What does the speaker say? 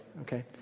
okay